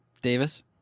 Davis